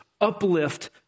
uplift